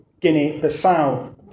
Guinea-Bissau